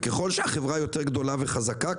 ככל שהחברה יותר גדולה וחזקה,